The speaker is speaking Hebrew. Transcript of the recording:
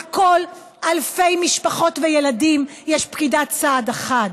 על כל אלפי משפחות וילדים יש פקידת סעד אחת,